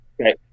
okay